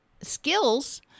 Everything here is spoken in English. skills